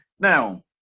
Now